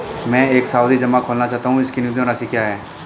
मैं एक सावधि जमा खोलना चाहता हूं इसकी न्यूनतम राशि क्या है?